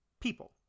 people